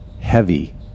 heavy